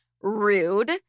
Rude